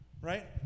Right